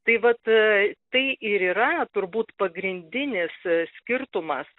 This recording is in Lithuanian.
tai vat tai ir yra turbūt pagrindinis skirtumas